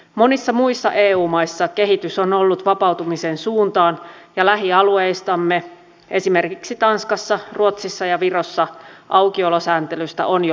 monissa muissa eu maissa kehitys on ollut vapautumisen suuntaan ja lähialueistamme esimerkiksi tanskassa ruotsissa ja virossa aukiolosääntelystä on jo luovuttu